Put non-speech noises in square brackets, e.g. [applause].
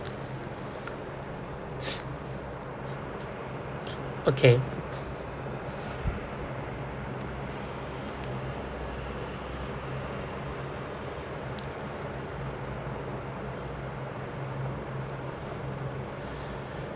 [noise] okay